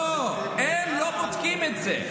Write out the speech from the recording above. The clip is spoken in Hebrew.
לא, הם לא בודקים את זה.